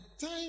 time